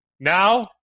Now